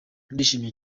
ndishimye